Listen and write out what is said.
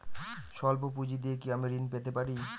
সল্প পুঁজি দিয়ে কি আমি ঋণ পেতে পারি?